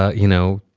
ah you know,